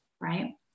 Right